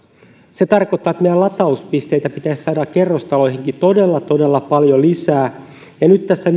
se tarkoittaa että meillä latauspisteitä pitäisi saada kerrostaloihinkin todella todella paljon lisää nyt tässä